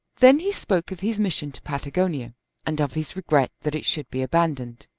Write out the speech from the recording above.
then he spoke of his mission to patagonia and of his regret that it should be abandoned.